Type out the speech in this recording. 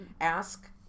ask